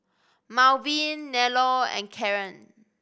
Malvin Nello and Caren